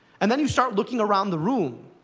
and then you start looking around the room,